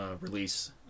release